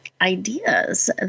ideas